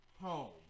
home